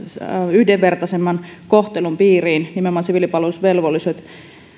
yhdenvertaisemman kohtelun piiriin nimenomaan siviilipalvelusvelvolliset